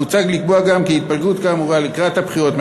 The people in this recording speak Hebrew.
מוצע לקבוע גם כי התפלגות כאמור לקראת בחירות,